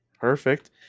Perfect